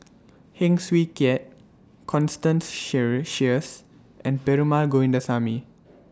Heng Swee Keat Constance shear Sheares and Perumal Govindaswamy